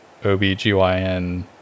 OBGYN-